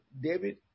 David